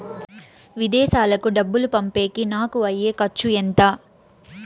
విదేశాలకు డబ్బులు పంపేకి నాకు అయ్యే ఖర్చు ఎంత?